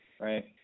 right